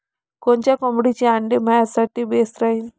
कोनच्या कोंबडीचं आंडे मायासाठी बेस राहीन?